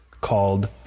Called